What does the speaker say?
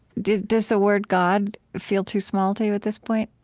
does does the word god feel too small to you at this point?